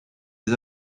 des